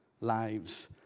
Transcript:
lives